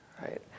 Right